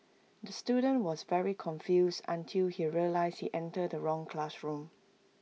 the student was very confused until he realised he entered the wrong classroom